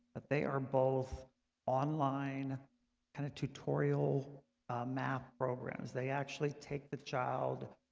but they are both online kind of tutorial math programs. they actually take the child